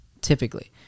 Typically